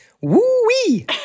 Woo-wee